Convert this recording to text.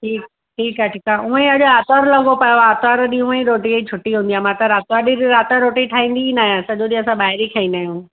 ठीकु ठीकु आहे ठीकु आहे हूंअं ई अॼु आरितवारु लॻो पियो आहे आरितवारु ॾींहं हूंअं ई रोटीअ जी छुटी हूंदी आहे मां त आरितवारु ॾींहं बि राति जो रोटी ठाहींदी ई न आहियां सॼियो ॾींहं असां ॿाहिरि ई खाईंदा आहियूं